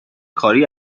کاری